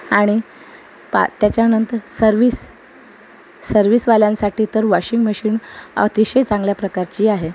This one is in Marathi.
आणि पा त्याच्यानंतर सर्विस सर्विसवाल्यांसाठी तर वॉशिंग मशीन अतिशय चांगल्याप्रकारची आहे